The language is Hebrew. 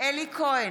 אלי כהן,